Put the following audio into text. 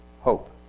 Hope